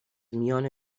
میان